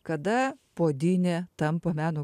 kada puodynė tampa meno